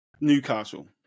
Newcastle